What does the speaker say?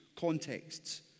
contexts